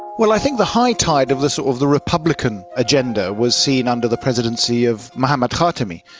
well, i think the high tide of the sort of the republican agenda was seen under the presidency of mohammad khatami,